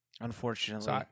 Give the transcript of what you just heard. unfortunately